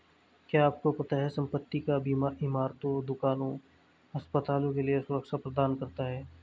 क्या आपको पता है संपत्ति का बीमा इमारतों, दुकानों, अस्पतालों के लिए सुरक्षा प्रदान करता है?